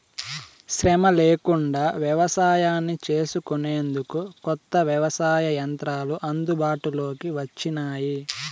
శ్రమ లేకుండా వ్యవసాయాన్ని చేసుకొనేందుకు కొత్త వ్యవసాయ యంత్రాలు అందుబాటులోకి వచ్చినాయి